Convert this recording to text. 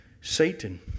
Satan